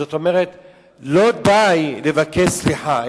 זאת אומרת שלא די לבקש סליחה,